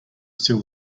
steal